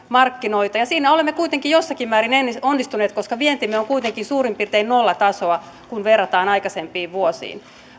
markkinoita ja siinä olemme kuitenkin jossakin määrin onnistuneet koska vientimme on suurin piirtein nollatasoa kun verrataan aikaisempiin vuosiin